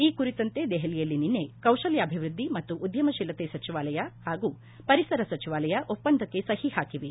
ಈ ಕುರಿತಂತೆ ದೆಹಲಿಯಲ್ಲಿ ನಿನ್ನೆ ಕೌಶಲ್ಯಾಭಿವೃದ್ದಿ ಮತ್ತು ಉದ್ಯಮಶೀಲತೆ ಸಚಿವಾಲಯ ಹಾಗೂ ಪರಿಸರ ಸಚಿವಾಲಯ ಒಪ್ಪಂದಕ್ಕೆ ಸಹಿ ಹಾಕಿವೆ